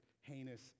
heinous